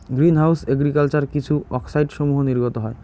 green house agriculture কিছু অক্সাইডসমূহ নির্গত হয়